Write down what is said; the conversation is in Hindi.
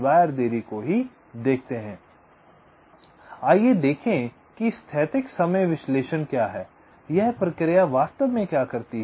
आइए देखें कि स्थैतिक समय विश्लेषण क्या है यह प्रक्रिया वास्तव में क्या करती है